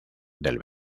del